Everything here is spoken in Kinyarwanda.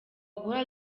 guhora